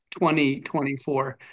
2024